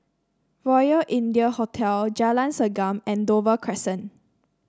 Royal India Hotel Jalan Segam and Dover Crescent